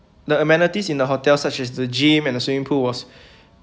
the amenities in the hotels such as the gym and swimming pool was